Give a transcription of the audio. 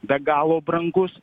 be galo brangus